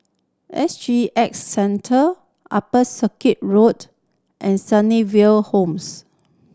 S G X Centre Upper Circuit Road and Sunnyville Homes